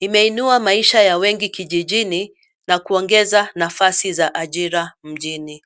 Imeinua maisha ya wengi kijijini na kuongeza nafasi za ajira mjini.